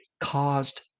caused